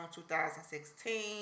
2016